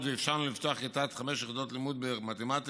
ואפשרנו לפתוח כיתת 5 יחידות לימוד במתמטיקה